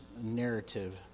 narrative